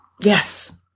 yes